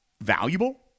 valuable